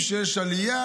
שיש עלייה,